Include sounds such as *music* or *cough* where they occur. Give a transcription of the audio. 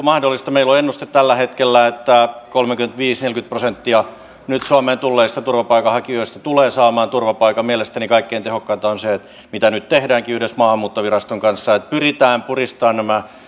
*unintelligible* mahdollista meillä on ennuste tällä hetkellä että kolmekymmentäviisi viiva neljäkymmentä prosenttia nyt suomeen tulleista turvapaikanhankijoista tulee saamaan turvapaikan mielestäni kaikkein tehokkainta on se mitä nyt tehdäänkin yhdessä maahanmuuttoviraston kanssa että pyritään puristamaan nämä